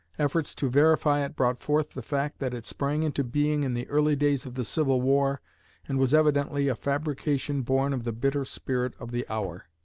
efforts to verify it brought forth the fact that it sprang into being in the early days of the civil war and was evidently a fabrication born of the bitter spirit of the hour.